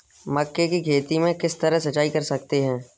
मक्के की खेती में किस तरह सिंचाई कर सकते हैं?